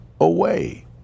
away